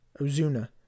Ozuna